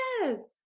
Yes